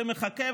זה מחכה,